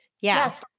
Yes